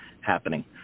happening